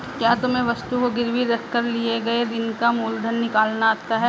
क्या तुम्हें वस्तु को गिरवी रख कर लिए गए ऋण का मूलधन निकालना आता है?